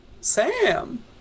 Sam